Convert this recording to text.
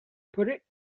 put